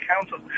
Council